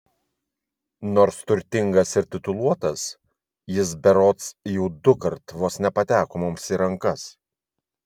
nors turtingas ir tituluotas jis berods jau dukart vos nepateko mums į rankas